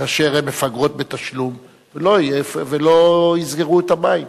כאשר הן מפגרות בתשלום ולא יסגרו את המים.